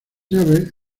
llaves